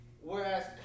Whereas